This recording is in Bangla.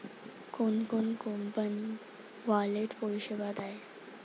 কোন কোন কোম্পানি ওয়ালেট পরিষেবা দেয়?